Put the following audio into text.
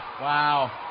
Wow